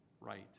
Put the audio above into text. right